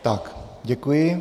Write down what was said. Tak děkuji.